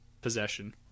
possession